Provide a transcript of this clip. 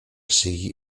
sigui